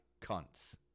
cunts